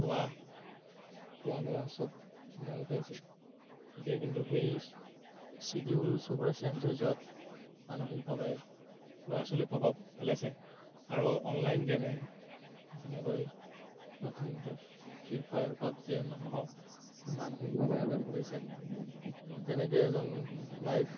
খোৱা খোৱা লোৱা চব সময়মতে আছিল এতিয়া কিন্তু সেই চিডিউল চবৰে চেঞ্জ হৈ যোৱাত মানসিকভাৱে ল'ৰা ছোৱালীক প্ৰভাৱ পেলাইছে আৰু অনলাইন গেমে যেনেকৈ নতুন এটা ফ্ৰী ফায়াৰ পাৱজীয়ে মানুহক মানসিকভাৱে আঘাত কৰিছে ত' তেনেকে এজন লাইফ